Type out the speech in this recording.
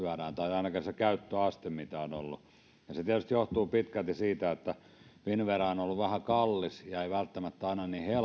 ainakaan se käyttöaste mikä on ollut ja se tietysti johtuu pitkälti siitä että finnvera on ollut vähän kallis ja ja ei välttämättä aina niin helppokaan